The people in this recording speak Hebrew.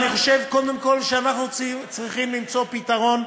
אני חושב קודם כול שאנחנו צריכים למצוא פתרון,